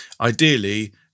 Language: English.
ideally